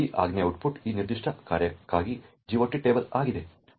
ಈ ಆಜ್ಞೆಯ ಔಟ್ಪುಟ್ ಈ ನಿರ್ದಿಷ್ಟ ಕಾರ್ಯಕ್ಕಾಗಿ GOT ಟೇಬಲ್ ಆಗಿದೆ